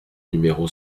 numéro